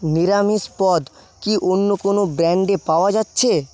নিরামিষ পদ কি অন্য কোনও ব্র্যান্ডে পাওয়া যাচ্ছে